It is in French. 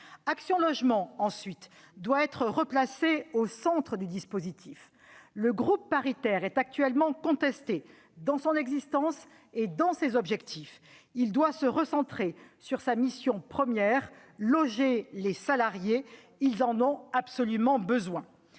Action Logement, ensuite, doit être replacée au centre du dispositif. Le groupe paritaire est actuellement contesté dans son existence, dans ses objectifs, et il doit se recentrer sur sa mission première, qui est de loger les salariés, car ils en ont absolument besoin.